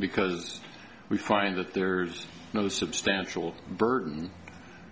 because we find that there's no substantial burden